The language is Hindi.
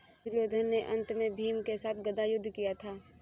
दुर्योधन ने अन्त में भीम के साथ गदा युद्ध किया था